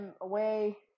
away